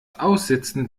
aussitzen